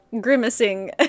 grimacing